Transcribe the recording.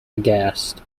aghast